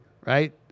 right